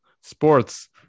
sports